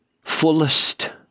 fullest